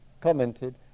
commented